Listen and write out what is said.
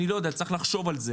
אני לא יודע, צריך לחשוב על זה